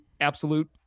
absolute